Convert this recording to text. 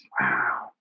Wow